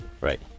Right